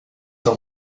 del